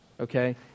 okay